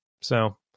So-